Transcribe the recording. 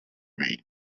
range